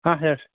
ಹಾಂ ಹೇಳ್ರಿ